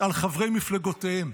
על חברי מפלגותיהם.